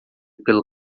pelo